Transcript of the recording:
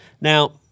Now